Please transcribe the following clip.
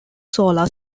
solar